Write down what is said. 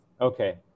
Okay